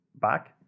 back